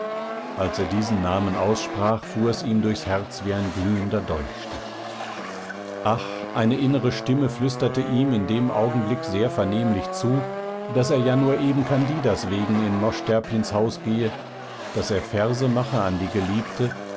als er diesen namen aussprach fuhr es ihm durchs herz wie ein glühender dolchstich ach eine innere stimme flüsterte ihm in dem augenblick sehr vernehmlich zu daß er ja nur eben candidas wegen in mosch terpins haus gehe daß er verse mache an die geliebte